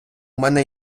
мене